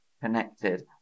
connected